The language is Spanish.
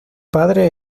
padre